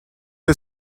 der